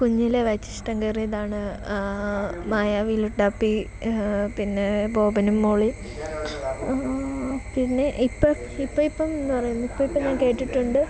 കുഞ്ഞിലെ വായിച്ച ഇഷ്ടം കയറിയതാണ് മായാവി ലുട്ടാപ്പി പിന്നേ ബോബനും മോളീയും പിന്നെ ഇപ്പം ഇപ്പം ഇപ്പം എന്ന് പറയുന്ന ഇപ്പം ഇപ്പം ഞാൻ കേട്ടിട്ടുണ്ട്